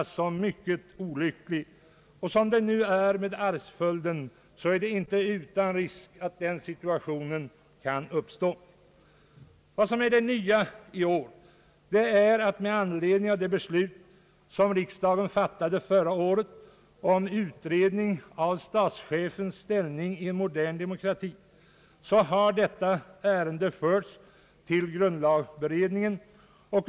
Som det nu är med arvsföljden är det inte uteslutet att en sådan situation kan uppstå. Det nya i år är att detta ärende med anledning av det beslut som riksdagen fattade i fjol om utredning av frågan om statschefens ställning i en modern demokrati har förts till grundlagberedningen.